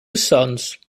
sons